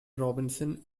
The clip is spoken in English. robinson